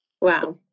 Wow